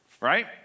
right